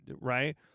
right